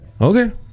okay